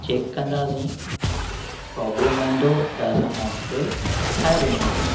check कंदासीं problem हूंदो त असां तव्हांखे ठाहे ॾींदासीं